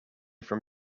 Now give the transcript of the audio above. from